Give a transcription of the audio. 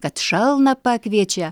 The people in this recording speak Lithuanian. kad šalną pakviečia